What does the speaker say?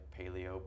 paleo